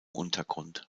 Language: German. untergrund